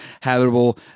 habitable